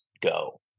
go